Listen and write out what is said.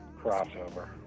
crossover